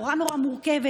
נורא נורא מורכבת,